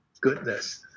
Goodness